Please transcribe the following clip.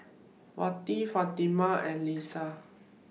Wati Fatimah and Lisa